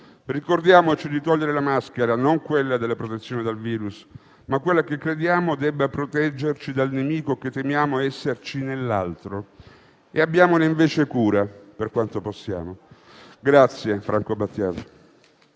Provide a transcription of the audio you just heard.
Ricordiamoci di togliere la maschera, non quella della protezione dal virus, ma quella che crediamo debba proteggerci dal nemico che temiamo esserci nell'altro, e abbiamone invece cura, per quanto possiamo. Grazie, Franco Battiato!